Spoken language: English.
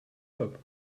hope